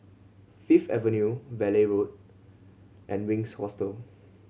Fifth Avenue Valley Road and Winks Hostel